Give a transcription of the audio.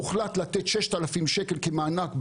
הוחלט לתת 6,000 שקלים כמענק,